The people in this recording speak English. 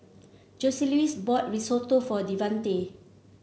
Joseluis bought Risotto for Devante